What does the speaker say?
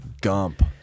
gump